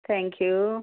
thank you